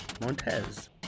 Montez